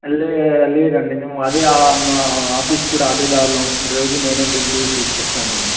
లే లేదండి మేము అదే మా ఆఫీసు కూడా అదే దారిలో ఉంటుంది రోజూ నేనే దింపి తీసుకొస్తాను అండి